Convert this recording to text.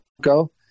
go